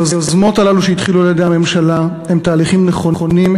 היוזמות הללו שהתחילו על-ידי הממשלה הם תהליכים נכונים,